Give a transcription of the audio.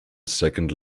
second